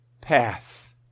path